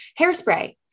hairspray